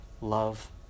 love